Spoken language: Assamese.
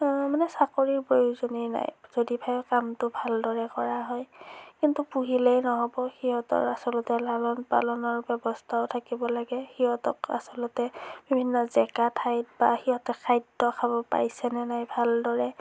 মানে চাকৰিৰ প্ৰয়োজনেই নাই যদিহে কামটো ভালদৰে কৰা হয় কিন্তু পু হিলেই নহ'ব সিহঁতৰ আচলতে লালন পালনৰ ব্যৱস্থাও থাকিব লাগে সিহঁতক আচলতে বিভিন্ন জেকা ঠাইত বা সিহঁতে খাদ্য খাব পাইছেনে নাই ভালদৰে